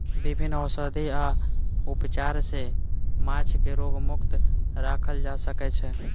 विभिन्न औषधि आ उपचार सॅ माँछ के रोग मुक्त राखल जा सकै छै